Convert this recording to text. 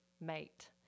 mate